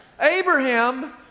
Abraham